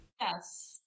Yes